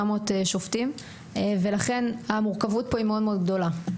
שופטים ולכן המורכבות פה היא מאוד גדולה.